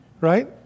Right